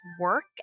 work